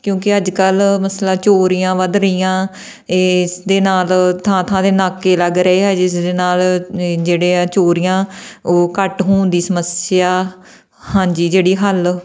ਕਿਉਂਕਿ ਅੱਜ ਕੱਲ੍ਹ ਮਸਲਾ ਚੋਰੀਆਂ ਵੱਧ ਰਹੀਆਂ ਇਸ ਦੇ ਨਾਲ ਥਾਂ ਥਾਂ 'ਤੇ ਨਾਕੇ ਲੱਗ ਰਹੇ ਆ ਜਿਸ ਦੇ ਨਾਲ ਜਿਹੜੇ ਆ ਚੋਰੀਆਂ ਉਹ ਘੱਟ ਹੋਣ ਦੀ ਸਮੱਸਿਆ ਹਾਂਜੀ ਜਿਹੜੀ ਹੱਲ